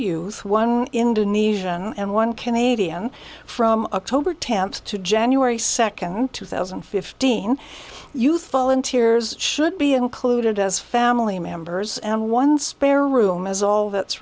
you one indonesian and one canadian from october tenth to january second two thousand and fifteen you fall in tears should be included as family members and one spare room is all that's